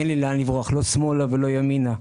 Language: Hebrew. אין לי לאן לברוח; לא שמאלה ולא ימינה.